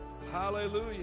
Hallelujah